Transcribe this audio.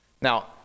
Now